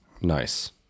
Nice